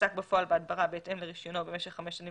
ועסק בפועל בהדברה בהתאם לרישיונו במשך חמש שנים